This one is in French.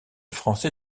français